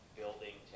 building